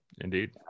indeed